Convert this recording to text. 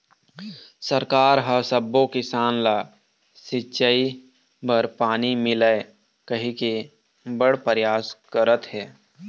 सरकार ह सब्बो किसान ल सिंचई बर पानी मिलय कहिके बड़ परयास करत हे